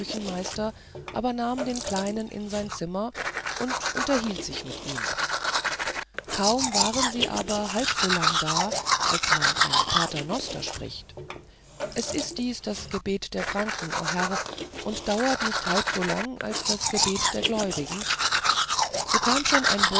aber nahm den kleinen in sein zimmer und unterhielt sich mit ihm kaum waren sie aber halb so lange da als man ein paternoster spricht es ist dies das gebet der franken o herr und dauert nicht halb so lange als das gebet der gläubigen so kam schon ein